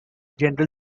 general